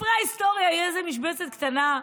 בספרי ההיסטוריה תהיה איזה משבצת קטנה,